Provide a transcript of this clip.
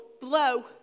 blow